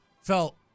felt